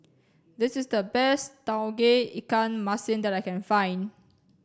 this is the best Tauge Ikan Masin that I can find